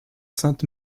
sainte